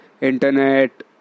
internet